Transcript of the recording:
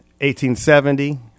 1870